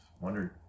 wondered